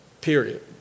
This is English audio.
Period